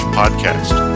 podcast